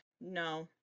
No